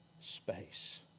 space